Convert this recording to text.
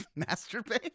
masturbate